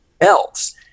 else